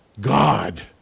God